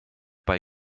bei